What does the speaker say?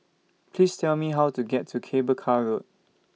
Please Tell Me How to get to Cable Car Road